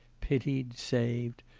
pitied, saved,